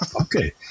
Okay